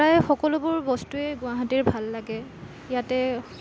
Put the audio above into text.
প্ৰায় সকলোবোৰ বস্তুৱেই গুৱাহাটীৰ ভাল লাগে ইয়াতে